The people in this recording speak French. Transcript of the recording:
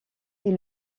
est